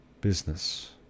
business